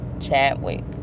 Chadwick